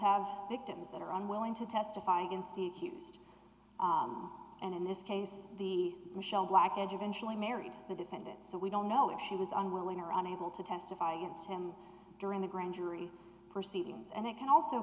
have victims that are unwilling to testify against the accused and in this case the michelle black edges intially married the defendant so we don't know if she was unwilling or unable to testify against him during the grand jury proceedings and it can also